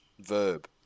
verb